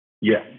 Yes